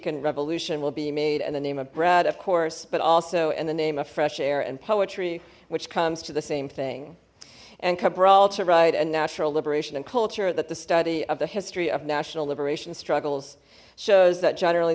kan revolution will be made and the name of bread of course but also in the name of fresh air and poetry which comes to the same thing and cabral to ride and natural liberation and culture that the study of the history of national liberation struggles shows that generally